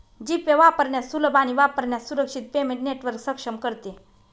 जी Pay वापरण्यास सुलभ आणि वापरण्यास सुरक्षित पेमेंट नेटवर्क सक्षम करते